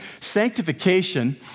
Sanctification